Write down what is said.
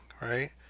Right